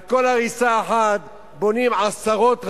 על כל הריסה אחת בונים עשרות רבות,